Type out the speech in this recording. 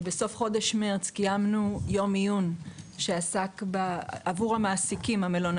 בסוף חודש מרץ קיימנו יום עיון עבור המעסיקים,